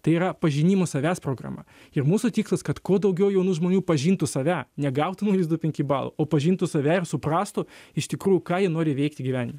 tai yra pažinimo savęs programa ir mūsų tikslas kad kuo daugiau jaunų žmonių pažintų save ne gautų nulis du penki balo o pažintų save ir suprastų iš tikrųjų ką jie nori veikti gyvenime